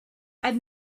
have